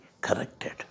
corrected